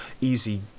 easy